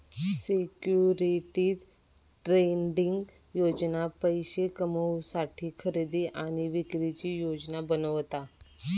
securities trading योजना पैशे कमवुसाठी खरेदी आणि विक्रीची योजना बनवता